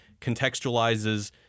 contextualizes